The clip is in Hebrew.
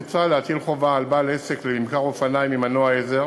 מוצע להטיל חובה על בעל עסק לממכר אופניים עם מנוע עזר